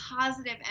positive